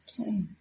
Okay